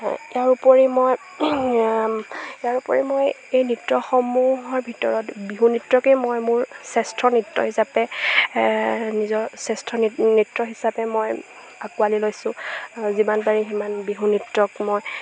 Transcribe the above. ইয়াৰপৰি মই ইয়াৰপৰি মই এই নৃত্যসমূহৰ ভিতৰত বিহু নৃত্যকেই মই মোৰ শ্ৰেষ্ঠ নৃত্য হিচাপে নিজৰ শ্ৰেষ্ঠ নৃত্য হিচাপে মই আঁকোৱালি লৈছোঁ যিমান পাৰি সিমান বিহু নৃত্যক মই